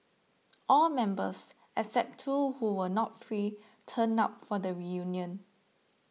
all members except two who were not free turned up for the reunion